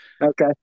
Okay